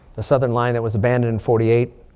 the southern line that was abandoned in forty eight.